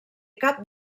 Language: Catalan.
cap